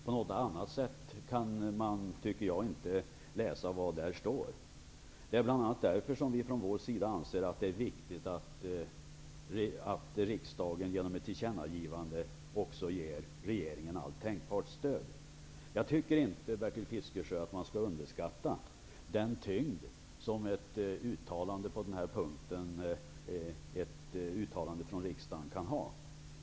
På något annat sätt kan man, tycker jag, inte läsa vad där står. Det är bl.a. därför som vi från vår sida anser att det är viktigt att riksdagen genom ett tillkännagivande också ger regeringen allt tänkbart stöd. Jag tycker inte, Bertil Fiskesjö, att man skall underskatta den tyngd som ett uttalande från riksdagen på den här punkten kan ha.